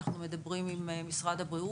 אנחנו מדברים עם משרד הבריאות.